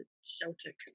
Celtic